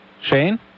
Shane